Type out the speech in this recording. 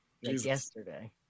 yesterday